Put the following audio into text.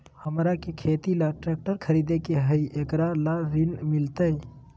हमरा के खेती ला ट्रैक्टर खरीदे के हई, एकरा ला ऋण मिलतई?